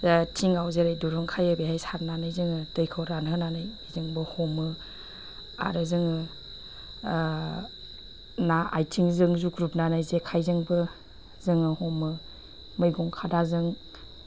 थिङाव जेरै दिरुं खायो बेवहाय सारनानै जोङो दैखौ रानहोनानै बेजोंबो हमो आरो जोङो ना आथिंजों जुग्रुबनानै जेखाइजोंबो जोङो हमो मैगं खादाजों